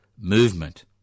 movement